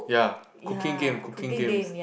ya cooking game cooking games